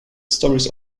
stories